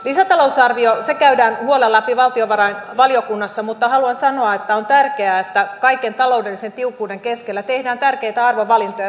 lisätalousarvio käydään huolella läpi valtiovarainvaliokunnassa mutta haluan sanoa että on tärkeää että kaiken taloudellisen tiukkuuden keskellä tehdään tärkeitä arvovalintoja